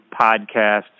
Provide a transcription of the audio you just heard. podcasts